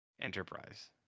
Enterprise